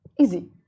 easy